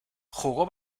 jugó